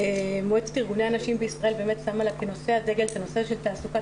מועצת ארגוני הנשים בישראל שמה לה כנושא הדגל את הנושא של תעסוקת